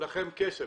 לכם כסף.